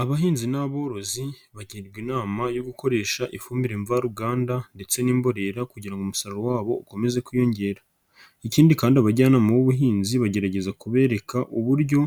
Abahinzi n'aborozi bagirwa inama yo gukoresha ifumbire mvaruganda ndetse n'imborera kugira ngo umusaruro wabo ukomeze kwiyongera, ikindi kandi abajyanama b'ubuhinzi bagerageza kubereka uburyo